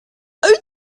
dear